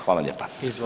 Hvala lijepa.